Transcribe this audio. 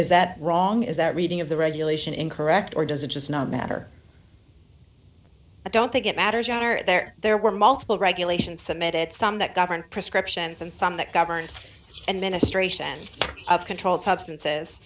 is that wrong is that reading of the regulation incorrect or does it does not matter i don't think it matters you are there there were multiple regulations submitted some that govern prescriptions and some that govern and ministration of controlled substances